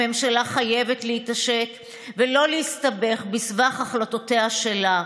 הממשלה חייבת להתעשת ולא להסתבך בסבך החלטותיה שלה.